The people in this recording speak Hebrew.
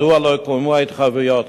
מדוע לא קוימו ההתחייבויות,